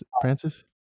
Francis